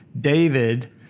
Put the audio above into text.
David